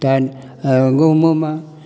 तखन गहूमोमे